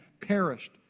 perished